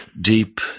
deep